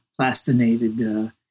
plastinated